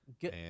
good